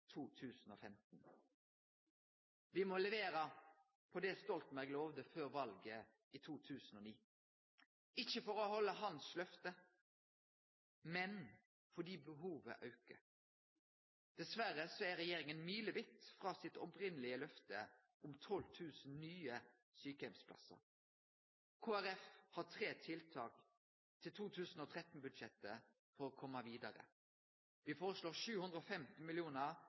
Me må levere på det Stoltenberg lova før valet i 2009 – ikkje for å halde løftet hans, men fordi behovet aukar. Dessverre er regjeringa milevis frå det opphavlege løftet om 12 000 nye sjukeheimsplassar. Kristeleg Folkeparti har tre tiltak i 2013-budsjettet for å komme vidare. Me foreslår